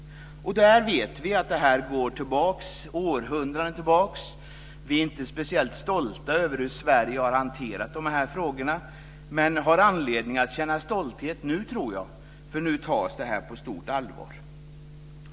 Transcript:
Vi vet att detta går århundraden tillbaka. Vi är inte speciellt stolta över hur Sverige har hanterat de här frågorna. Jag tror dock att vi har anledning att känna stolthet nu, för nu tas detta på stort allvar.